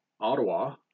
Ottawa